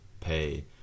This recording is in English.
pay